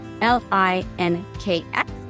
L-I-N-K-X